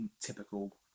typical